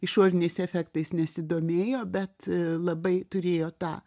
išoriniais efektais nesidomėjo bet labai turėjo tą